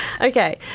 Okay